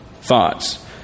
Thoughts